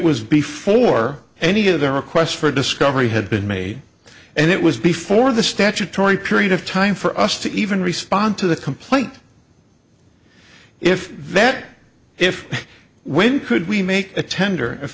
was before any of the requests for discovery had been made and it was before the statutory period of time for us to even respond to the complaint if that if when could we make a tender if